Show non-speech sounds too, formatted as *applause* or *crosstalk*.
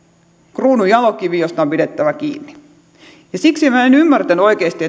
kruununjalokivi josta on pidettävä kiinni siksi minä en ymmärtänyt oikeasti *unintelligible*